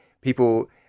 people